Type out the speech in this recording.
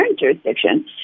jurisdiction